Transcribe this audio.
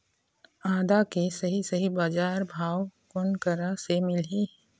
आदा के सही सही बजार भाव कोन करा से मिलही?